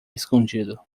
escondido